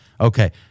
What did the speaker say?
Okay